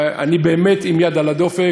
אני מאמין ואני באמת עם יד על הדופק,